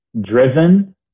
driven